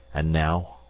and now,